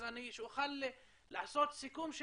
שנוכל לעשות סיכום.